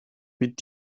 mit